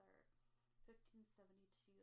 1572